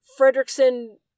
Fredrickson